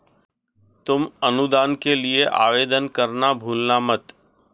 तुम अनुदान के लिए आवेदन करना भूलना मत